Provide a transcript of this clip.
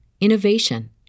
innovation